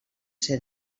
ser